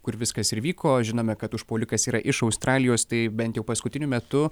kur viskas ir vyko žinome kad užpuolikas yra iš australijos tai bent jau paskutiniu metu